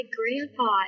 grandpa